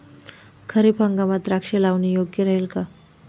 खरीप हंगामात द्राक्षे लावणे योग्य राहिल का?